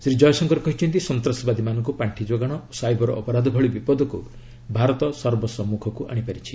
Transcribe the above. ଶ୍ରୀ ଜୟଶଙ୍କର କହିଛନ୍ତି ସନ୍ତାସବାଦୀମାନଙ୍କୁ ପାର୍ଷି ଯୋଗାଣ ଓ ସାଇବର ଅପରାଧ ଭଳି ବିପଦକୁ ଭାରତ ସର୍ବସନ୍ପଖକ୍ ଆଣିପାରିଛି